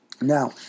Now